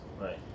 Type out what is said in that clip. Right